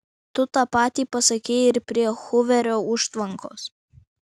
tu tą patį pasakei ir prie huverio užtvankos